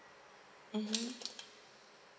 mmhmm